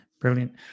Brilliant